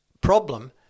problem